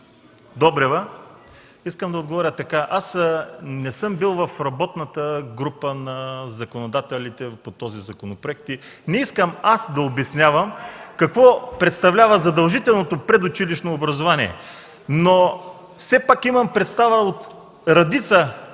Добрева искам да отговоря – не съм бил в работната група на законодателите по този законопроект, и не искам аз да обяснявам какво представлява задължителното предучилищно образование. Все пак имам представа от мнението